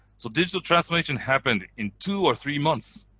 so digital transformation happened in two or three months.